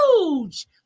huge